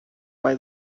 why